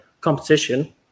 competition